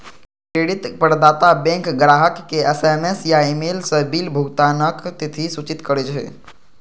credit प्रदाता bank ग्राहक कें एस.एम.एस या ईमेल सं बिल भुगतानक तिथि सूचित करै छै